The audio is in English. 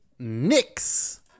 Nyx